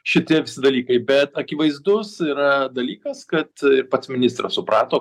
šiti dalykai bet akivaizdus yra dalykas kad pats ministras suprato